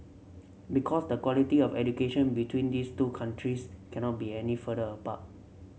because the quality of education between these two countries cannot be any further apart